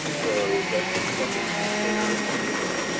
so that's something you consider. and this is,